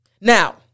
Now